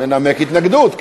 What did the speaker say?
מנמק התנגדות.